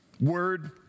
word